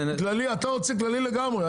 אתה רוצה כללי לגמרי,